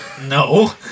No